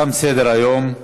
תם סדר-היום.